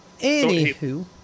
Anywho